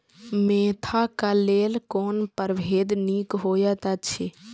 Mentha क लेल कोन परभेद निक होयत अछि?